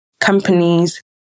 companies